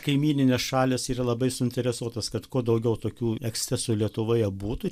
kaimyninės šalys yra labai suinteresuotos kad kuo daugiau tokių ekscesų lietuvoje būtų